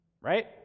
Right